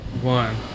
One